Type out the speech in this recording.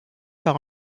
par